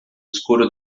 escuro